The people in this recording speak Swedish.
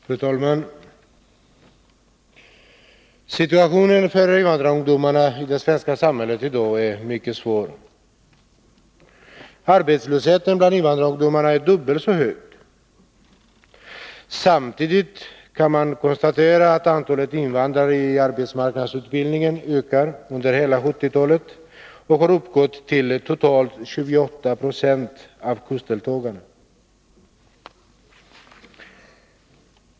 Fru talman! Situationen för invandrarungdomarna i det svenska samhället idag är mycket svår. Arbetslösheten bland invandrarungdomarna är dubbelt så hög som den genomsnittliga. Samtidigt kan man konstatera att antalet invandrare i arbetsmarknadsutbildning ökat under hela 1970-talet och nu uppgår till totalt 28 26 av kursdeltagarna.